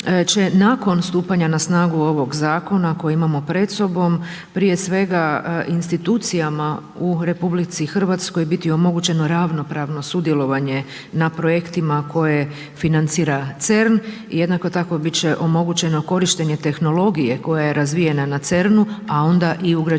će nakon stupanja na snagu ovog zakona koji imamo pred sobom, prije svega institucijama u RH biti omogućeno ravnopravno sudjelovanje na projektima koje financira CERN i jednako tako biti će omogućeno korištenje tehnologije koja je razvijena na CERN-u a onda i ugrađivanje